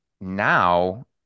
now